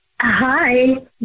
Hi